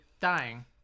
dying